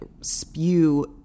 spew